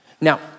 Now